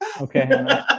Okay